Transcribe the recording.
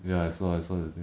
ya I saw I saw the thing